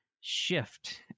shift